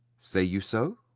say you so?